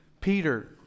Peter